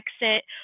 exit